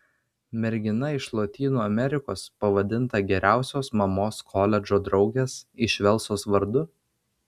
mergina iš lotynų amerikos pavadinta geriausios mamos koledžo draugės iš velso vardu